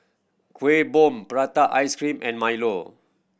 Kueh Bom prata ice cream and milo